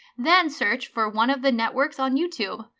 then search for one of the networks on youtube.